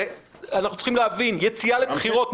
ואנחנו צריכים להבין שיציאה לבחירות,